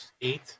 eight